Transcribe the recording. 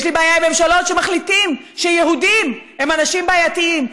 יש לי בעיה עם ממשלות שמחליטות שיהודים הם אנשים בעייתיים,